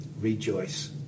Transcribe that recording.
rejoice